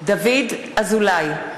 דוד אזולאי,